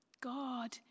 God